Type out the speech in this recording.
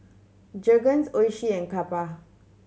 Jergens Oishi and Kappa